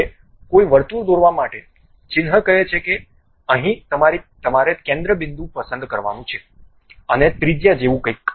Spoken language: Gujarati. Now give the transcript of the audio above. હવે કોઈ વર્તુળ દોરવા માટે ચિહ્ન કહે છે કે અહીં તમારે કેન્દ્ર બિંદુ પસંદ કરવાનું છે અને ત્રિજ્યા જેવું કંઈક